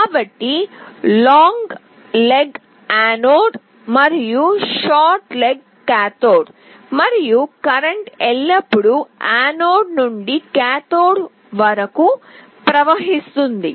కాబట్టి long leg anode మరియు short leg cathode మరియు కరెంట్ ఎల్లప్పుడూ యానోడ్ నుండి కాథోడ్ వరకు ప్రవహిస్తుంది